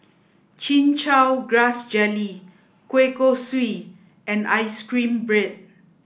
chin chow grass jelly kueh kosui and ice cream bread